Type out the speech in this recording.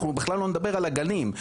אנחנו בכלל לא נדבר על הגנים,